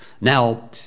Now